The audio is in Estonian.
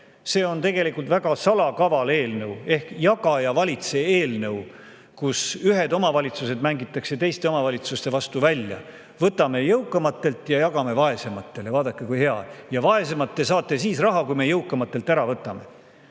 see on tegelikult väga salakaval eelnõu ehk jaga‑ja‑valitse‑eelnõu, kus ühed omavalitsused mängitakse teiste omavalitsuste vastu välja. Võtame jõukamatelt ja jagame vaesematele. Vaadake, kui hea! Ja teie, vaesemad, saate raha siis, kui me jõukamatelt ära võtame! See